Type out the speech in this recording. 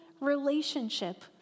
relationship